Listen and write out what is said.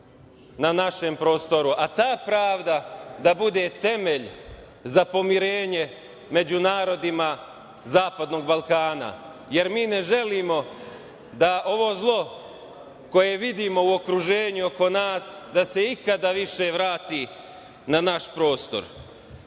na našem prostoru, a ta pravda da bude temelj za pomirenje među narodima Zapadnog Balkana, jer mi ne želimo da ovo zlo koje vidimo u okruženju i oko nas da se ikada više vrati na naš prostor.